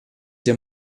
der